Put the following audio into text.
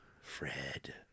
fred